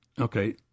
Okay